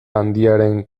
handiaren